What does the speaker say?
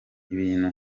ibintu